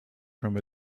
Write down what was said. from